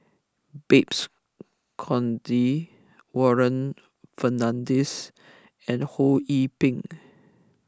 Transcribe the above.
Babes Conde Warren Fernandez and Ho Yee Ping